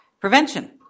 prevention